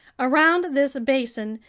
around this basin,